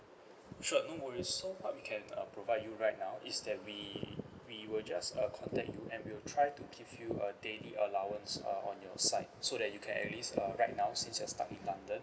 sure no worries so what we can uh provide you right now is that we we will just uh contact you and we will try to give you a daily allowance uh on your side so that you can at least uh right now since you're stuck in london